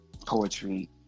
poetry